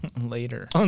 later